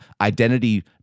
identity